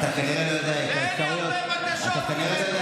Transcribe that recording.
אין לי הרבה בקשות ממנו.